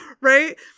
right